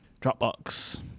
Dropbox